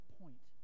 point